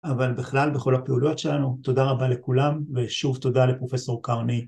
‫אבל בכלל, בכל הפעולות שלנו, ‫תודה רבה לכולם, ‫ושוב תודה לפרופ' קרני.